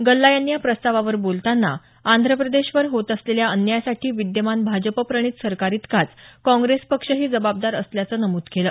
गल्ला यांनी या प्रस्तावावर बोलताना आंध्रप्रदेशावर होत असलेल्या अन्यायासाठी विद्यमान भाजपप्रणीत सरकार इतकाच काँग्रेस पक्षही जबाबदार असल्याचं नमूद केलं